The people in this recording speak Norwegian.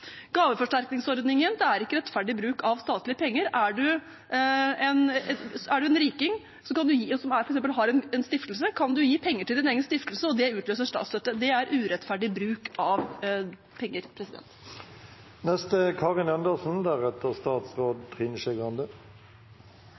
Gaveforsterkningsordningen er ikke rettferdig bruk av statlige penger. Er man en riking som f.eks. har en stiftelse, kan man gi penger til sin egen stiftelse, og det utløser statsstøtte. Det er urettferdig bruk av penger.